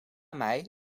mij